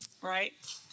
right